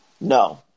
No